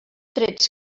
trets